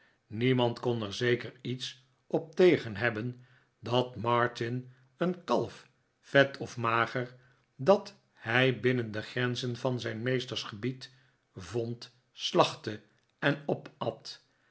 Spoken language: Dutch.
niemand kon er zeker iets op tegen hebben dat martin een kalf vet of mager dat hij binnen de grenzen van zijn meesters gebied vond slachtte en opat